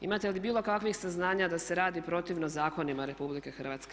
Imate li bio kakvih saznanja da se radi protivno zakonima RH?